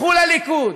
לכו לליכוד,